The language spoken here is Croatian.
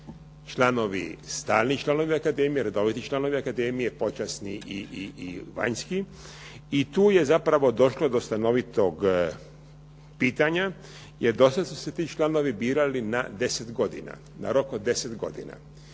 članovi, stalni članovi akademije, redoviti članovi akademije, počasni i vanjski i tu je zapravo došlo do stanovitog pitanja jer do sad su se ti članovi birali na 10 godina, na rok od 10 godina.